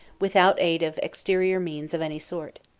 without aid of exterior means of any sort.